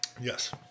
Yes